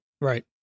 Right